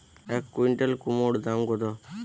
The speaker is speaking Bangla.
এক কুইন্টাল কুমোড় দাম কত?